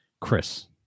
Chris